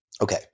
okay